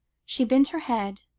she bent her head,